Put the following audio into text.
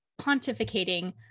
pontificating